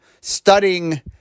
studying